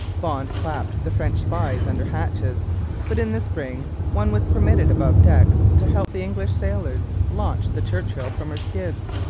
bond clapped the french spies under hatches but in the spring one was permitted above decks to help the english sailors launch the churchill from her skids.